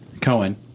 Cohen